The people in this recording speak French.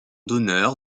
d’honneur